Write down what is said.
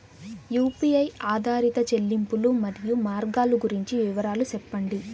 UPI ఆధారిత చెల్లింపులు, మరియు మార్గాలు గురించి వివరాలు సెప్పండి?